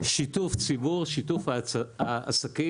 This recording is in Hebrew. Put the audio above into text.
שיתוף ציבור שיתוף העסקים.